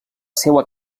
seua